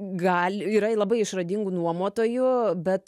gali yra i labai išradingų nuomotojų bet